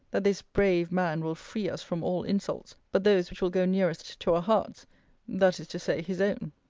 that this brave man will free us from all insults but those which will go nearest to our hearts that is to say, his own!